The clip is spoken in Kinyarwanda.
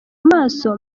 amaso